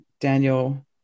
Daniel